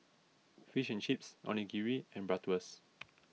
Fish and Chips Onigiri and Bratwurst